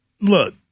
look